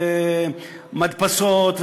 מדפסות,